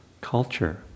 culture